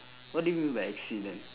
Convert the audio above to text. what do you mean by accident